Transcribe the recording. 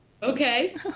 Okay